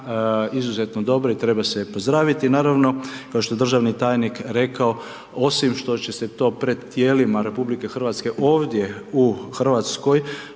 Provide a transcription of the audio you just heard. izuzetno dobra i treba se je pozdraviti naravno kao što je državni tajnik rekao osim što će se to pred tijelima RH ovdje u Hrvatskoj